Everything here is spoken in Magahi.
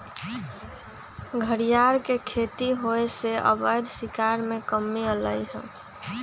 घरियार के खेती होयसे अवैध शिकार में कम्मि अलइ ह